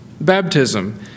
baptism